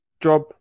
job